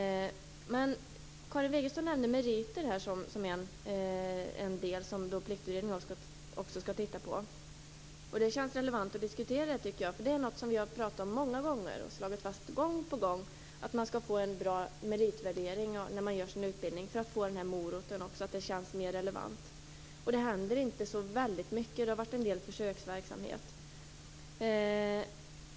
Karin Wegestål nämnde meriter som en del av det som Pliktutredningen skall titta på. Det känns relevant att diskutera detta. Det är nämligen något som vi har pratat om många gånger. Gång på gång har vi slagit fast att man skall få en bra meritvärdering när man gör sin utbildning. Detta skulle fungera som en morot och göra att det hela känns mer relevant. Det händer inte så väldigt mycket, men det har bedrivits en del försöksverksamhet.